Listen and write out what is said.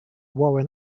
warren